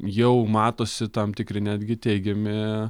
jau matosi tam tikri netgi teigiami